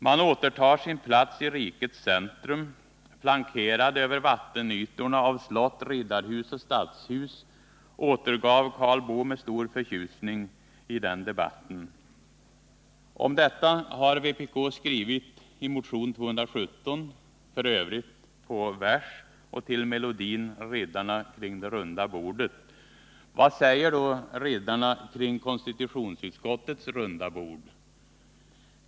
”Man återtar sin plats i rikets centrum, flankerad över vattenytorna av slott, riddarhus och stadshus”, återgav Karl Boo med stor förtjusning i den Om detta har vpk skrivit i motionen 217, f. ö. på vers och till melodin för Riddarna kring det runda bordet. Vad säger då riddarna kring konstitutionsutskottets runda bord?